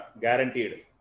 guaranteed